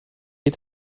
est